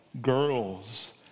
girls